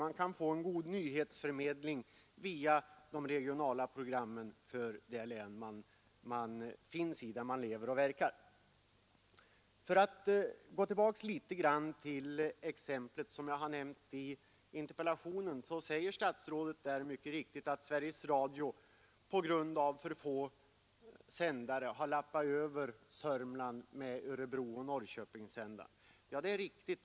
Man kan få en god nyhetsförmedling via de regionala programmen för det län som man lever och verkar i. För att gå tillbaka till exemplet som jag har nämnt i interpellationen så säger statsrådet mycket riktigt att Sveriges Radio på grund av för få sändare har lappat över Södermanland med Örebrooch Norrköpingssändarna. Det är riktigt.